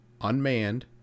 unmanned